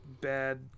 bad